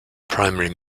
primary